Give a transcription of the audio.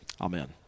amen